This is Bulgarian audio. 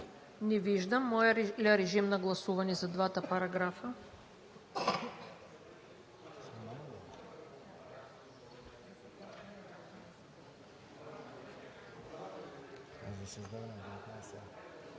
Не виждам. Режим на гласуване за двата параграфа.